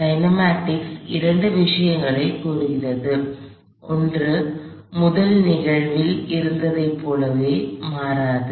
kinematics இரண்டு விஷயங்களைக் கூறுகிறது ஒன்று முதல் நிகழ்வில் இருந்ததைப் போலவே மாறாது